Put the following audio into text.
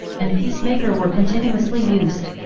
and peacemaker were continuously used.